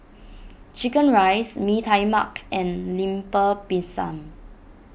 Chicken Rice Mee Tai Mak and Lemper Pisang